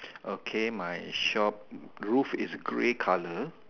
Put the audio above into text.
okay my shop roof is grey colour